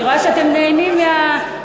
אני רואה שאתם נהנים מההפסקה,